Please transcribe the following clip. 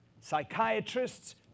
psychiatrists